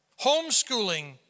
homeschooling